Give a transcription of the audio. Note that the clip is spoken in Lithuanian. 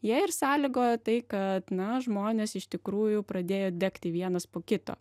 jie ir sąlygojo tai kad na žmonės iš tikrųjų pradėjo degti vienas po kito